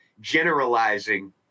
generalizing